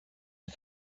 est